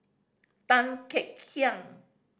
Tan Kek Hiang